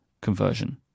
conversion